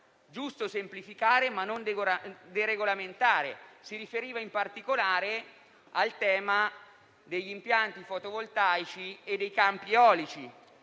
giusto semplificare, ma non deregolamentare. Egli si riferiva, in particolare, al tema degli impianti fotovoltaici e dei campi eolici